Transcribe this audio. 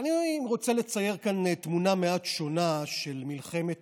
אני רוצה לצייר כאן תמונה מעט שונה של מלחמת